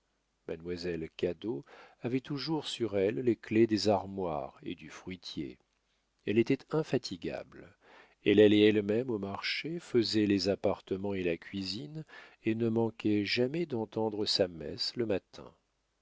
mademoiselle cadot avait toujours sur elle les clefs des armoires et du fruitier elle était infatigable elle allait elle-même au marché faisait les appartements et la cuisine et ne manquait jamais d'entendre sa messe le matin